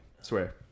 Swear